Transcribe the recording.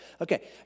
Okay